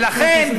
ולכן,